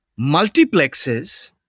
Multiplexes